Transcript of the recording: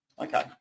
Okay